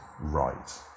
right